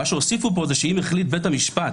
מה שהוסיפו פה שאם החליט בית המשפט